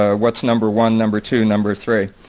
ah what's number one, number two, number three.